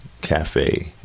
Cafe